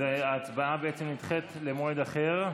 אז ההצבעה בעצם נדחית למועד אחר.